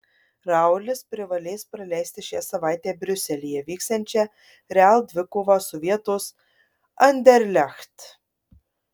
raulis privalės praleisti šią savaitę briuselyje vyksiančią real dvikovą su vietos anderlecht